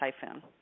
typhoon